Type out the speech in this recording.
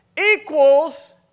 equals